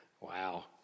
Wow